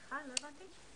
סליחה, לא הבנתי.